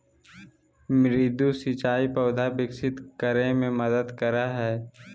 मृदु सिंचाई पौधा विकसित करय मे मदद करय हइ